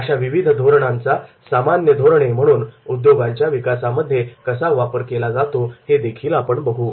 अशा विविध धोरणांचा सामान्य धोरणे म्हणून उद्योगांच्या विकासामध्ये कसा वापर केला जातो हे देखील आपण बघू